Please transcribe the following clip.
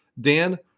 Dan